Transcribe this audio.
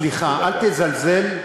סליחה, אל תזלזל,